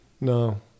no